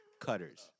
Cutters